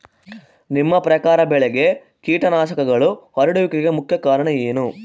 ನಿಮ್ಮ ಪ್ರಕಾರ ಬೆಳೆಗೆ ಕೇಟನಾಶಕಗಳು ಹರಡುವಿಕೆಗೆ ಮುಖ್ಯ ಕಾರಣ ಏನು?